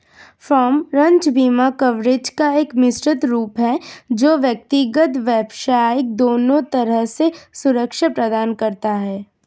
farm, ranch बीमा coverage का एक मिश्रित रूप है जो व्यक्तिगत, व्यावसायिक दोनों तरह से सुरक्षा प्रदान करता है